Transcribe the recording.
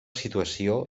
situació